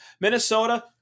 Minnesota